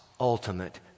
ultimate